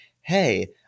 hey